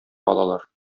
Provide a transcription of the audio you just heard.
алалар